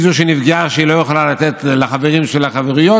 היא שנפגעה מכך שהיא לא יכולה לתת לחברים שלה חברויות,